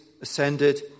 ascended